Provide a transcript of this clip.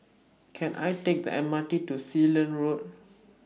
Can I Take The M R T to Sealand Road